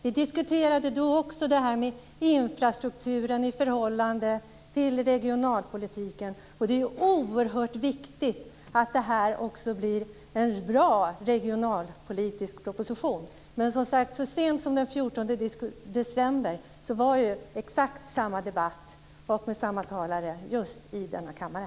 Vi diskuterade då också frågan om infrastruktur i förhållande till regionalpolitiken. Det är oerhört viktigt att det här också blir en bra regionalpolitisk proposition. Så sent som den 14 december hade vi exakt samma debatt med samma talare i denna kammare.